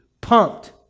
pumped